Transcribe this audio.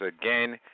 again